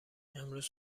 امروز